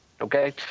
okay